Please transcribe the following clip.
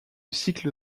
cycle